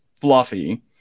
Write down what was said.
fluffy